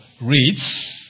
reads